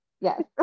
Yes